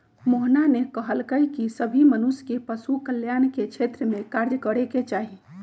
मोहना ने कहल कई की सभी मनुष्य के पशु कल्याण के क्षेत्र में कार्य करे के चाहि